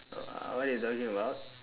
uh what you talking about